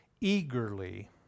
eagerly